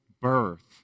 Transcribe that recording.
birth